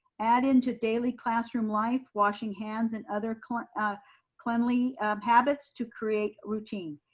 add into daily classroom life washing hands and other kind of cleanly habits to create routine.